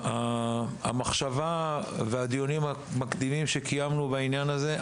המחשבה והדיונים המקדימים שקיימנו בעניין הזה,